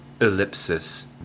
Ellipsis